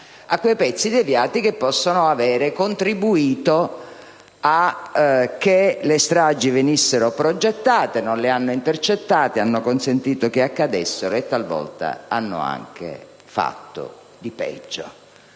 volta esistono), che possono aver contribuito a che le stragi venissero progettate, comunque non le hanno intercettate, hanno consentito che accadessero e talvolta hanno anche fatto di peggio.